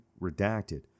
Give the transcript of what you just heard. redacted